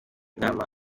inama